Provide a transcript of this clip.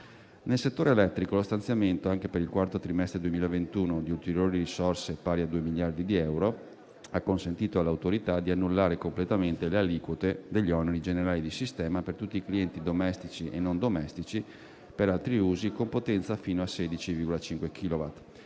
Nel settore elettrico lo stanziamento, anche per il quarto trimestre 2021, di ulteriori risorse pari a 2 miliardi di euro, ha consentito all'Autorità di annullare completamente le aliquote degli oneri generali di sistema per tutti i clienti domestici e non domestici per altri usi, con potenza fino a 16,5 chilowatt,